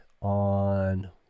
on